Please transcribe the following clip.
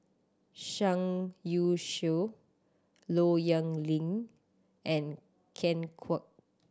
Zhang Youshuo Low Yen Ling and Ken Kwek